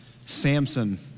Samson